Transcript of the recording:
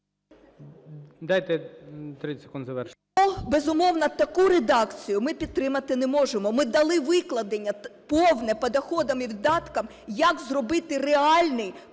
Дайте 10 секунд завершити.